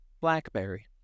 BlackBerry